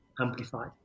amplified